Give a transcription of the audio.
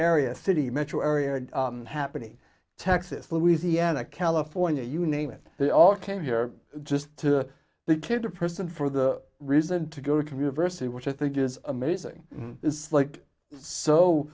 area city metro area happening texas louisiana california you name it they all came here just to the kid to person for the reason to go to commute versity which i think is amazing it's like so